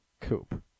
Coupe